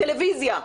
טלוויזיה.